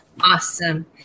awesome